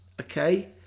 Okay